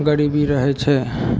गरीबी रहय छै